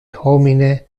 homine